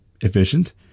efficient